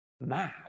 mad